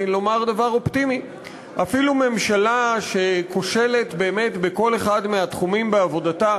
לומר דבר אופטימי: אפילו ממשלה שכושלת באמת בכל אחד מהתחומים בעבודתה,